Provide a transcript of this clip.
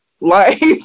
life